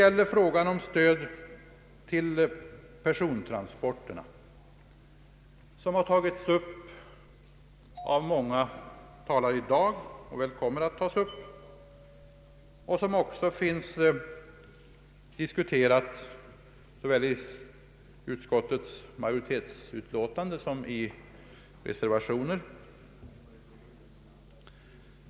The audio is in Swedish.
Frågan om stöd till persontransporterna har tagits upp av många talare i dag och kommer förmodligen att tas upp ytterligare. Denna fråga behandlas även i såväl utskottets majoritetsutlåtande som reservationer.